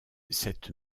cette